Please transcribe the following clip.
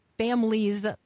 Families